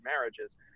marriages